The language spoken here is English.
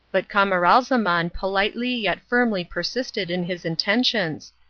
but camaralzaman politely yet firmly persisted in his intentions,